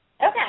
Okay